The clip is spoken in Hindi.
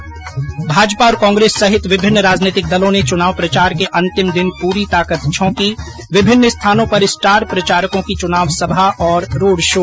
्भाजपा कांग्रेस सहित विभिन्न राजनैतिक दलों ने चुनाव प्रचार के अंतिम दिन प्ररी ताकत झोंकी विभिन्न स्थानों पर स्टार प्रचारकों की चुनाव सभा और रोड शो